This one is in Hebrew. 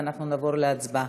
ואנחנו נעבור להצבעה.